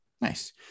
Nice